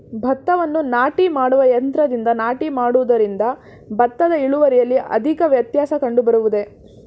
ಭತ್ತವನ್ನು ನಾಟಿ ಮಾಡುವ ಯಂತ್ರದಿಂದ ನಾಟಿ ಮಾಡುವುದರಿಂದ ಭತ್ತದ ಇಳುವರಿಯಲ್ಲಿ ಅಧಿಕ ವ್ಯತ್ಯಾಸ ಕಂಡುಬರುವುದೇ?